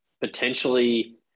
potentially